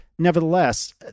Nevertheless